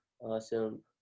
awesome